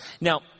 Now